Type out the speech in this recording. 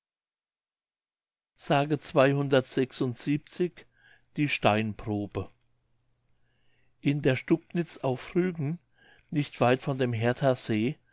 die steinprobe in der stubnitz auf rügen nicht weit von dem herthasee